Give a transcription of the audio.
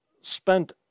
spent